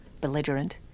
belligerent